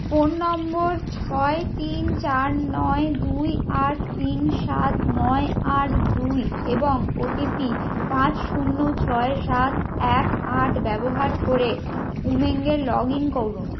phone নম্বর ছয় তিন চার নয় দুই আট তিন সাত নয় আট দুই এবং ওটিপি পাঁচ শূন্য ছয় সাত এক আট ব্যবহার করে উমঙে লগ ইন করুন